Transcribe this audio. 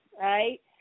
Right